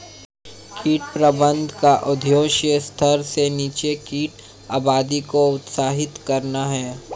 कीट प्रबंधन का उद्देश्य स्तर से नीचे कीट आबादी को हतोत्साहित करना है